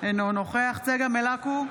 אינו נוכח צגה מלקו,